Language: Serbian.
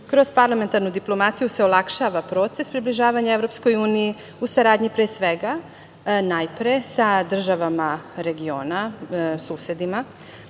šire. Kroz parlamentarnu diplomatiju se olakšava proces približavanja EU u saradnji pre svega, najpre, sa državama regiona, susedima,